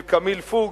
של קמיל פוקס,